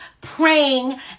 praying